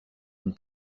une